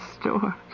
store